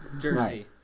Jersey